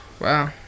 Wow